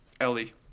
Ellie